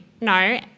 No